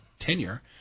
tenure